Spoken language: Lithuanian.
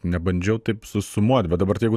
nebandžiau taip susumuot bet dabar tai jeigu